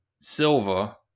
Silva